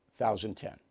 2010